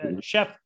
chef